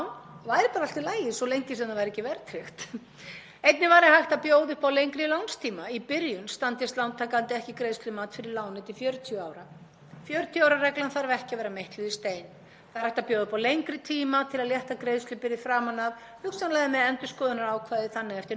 40 ára reglan þarf ekki að vera meitluð í stein. Það er hægt að bjóða upp á lengri tíma til að létta greiðslubyrði framan af, hugsanlega með endurskoðunarákvæði, þannig að eftir nokkur ár, eftir því sem hagur lántakanda vænkaðist, væri hægt að tína einhver ár af og auka greiðslubyrði aðeins þannig að þegar upp væri staðið væri endanlegur lánstími í raun